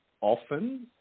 often